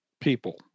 people